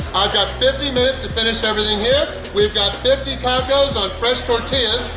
i've got fifty minutes to finish everything here! we've got fifty tacos on fresh tortillas.